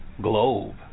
globe